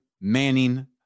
Manning